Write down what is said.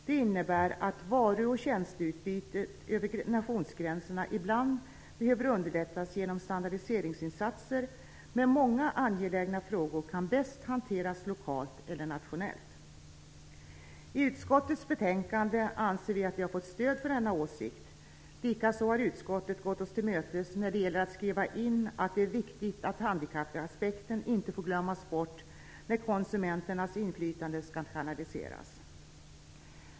Det innebär att varu och tjänsteutbytet över nationsgränserna ibland behöver underlättas genom standardiseringsinsatser, men många angelägna frågor kan bäst hanteras lokalt eller nationellt. Vi anser att vi har fått stöd för denna åsikt i utskottets betänkande. Likaså har utskottet gått oss till mötes när det gäller att skriva in att det är viktigt att handikappaspekten inte glöms bort när konsumenternas inflytande skall kanaliseras.